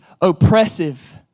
oppressive